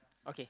okay